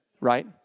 right